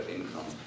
income